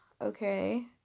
okay